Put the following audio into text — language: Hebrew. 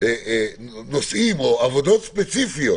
נושאים או עבודות ספציפיות